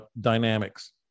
dynamics